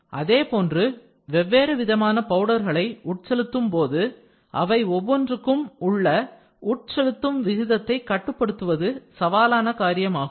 அதேபோன்று வெவ்வேறு விதமான பவுடர்களை உட்செலுத்தும் போது அவை ஒவ்வொன்றுக்கும் உள்ள உட்செலுத்தும் விகிதத்தை கட்டுப்படுத்துவது சவாலான காரியமாகும்